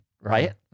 right